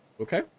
Okay